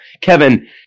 Kevin